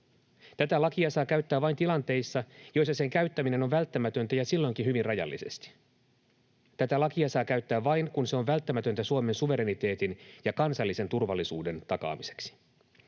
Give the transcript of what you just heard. Tätä lakia saa käyttää vain tilanteissa, joissa sen käyttäminen on välttämätöntä, ja silloinkin hyvin rajallisesti. Tätä lakia saa käyttää vain, kun se on välttämätöntä Suomen suvereniteetin ja kansallisen turvallisuuden takaamiseksi.